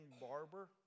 Barber